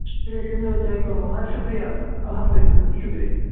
چٲنۍ کٲم شُکریہ حظ اَلحَمدُ لِلہ شُکریہ